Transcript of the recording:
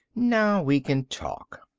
now we can talk.